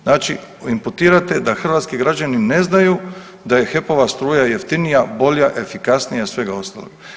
Znači, imputirate da hrvatski građani ne znaju da je HEP-ova struja jeftinija, bolja, efikasnija od svega ostalog.